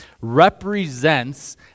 represents